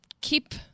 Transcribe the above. keep